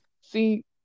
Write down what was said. see